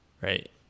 right